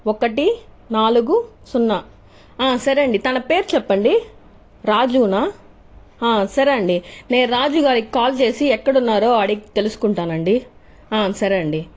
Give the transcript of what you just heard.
ఒకటి నాలుగు సున్నా సరే అండి తన పేరు చెప్పండి రాజునా సరే అండి నేను రాజు గారికి కాల్ చేసి ఎక్కడున్నారో అడిగి తెలుసుకుంటానండి సరే అండి